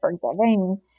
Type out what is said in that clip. forgiving